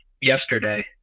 yesterday